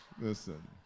Listen